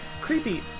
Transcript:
Creepy